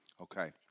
okay